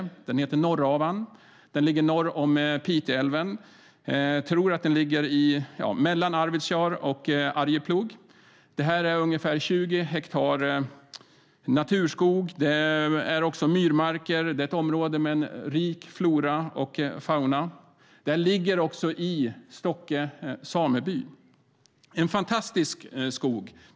Området heter Norravan och ligger norr om Piteälven; jag tror att det ligger mellan Arvidsjaur och Arjeplog. Det är ungefär 20 hektar naturskog, och det är även myrmarker. Det är ett område med en rik flora och fauna, och det ligger i Stokke sameby. Det är en fantastisk skog.